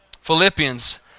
Philippians